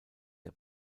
der